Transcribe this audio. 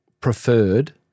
preferred